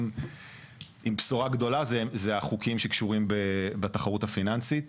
עם בשורה גדולה זה החוקים שקשורים בתחרות הפיננסית.